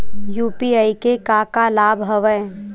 UPI के का का लाभ हवय?